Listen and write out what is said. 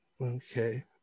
okay